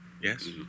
Yes